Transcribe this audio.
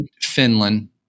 Finland